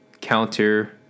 counter